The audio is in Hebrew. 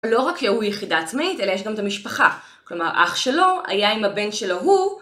לא רק הוא יחידה עצמאית, אלא יש גם את המשפחה. כלומר, אח שלו היה עם הבן שלו, הוא...